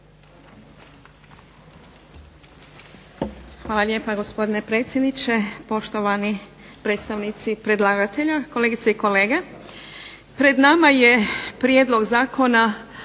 Hvala lijepa gospodine predsjedniče, poštovani predstavnici predlagatelja, kolegice i kolege. Pred nama je prijedlog Zakona